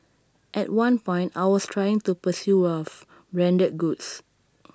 at one point I was trying to pursue wealth branded goods